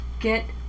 get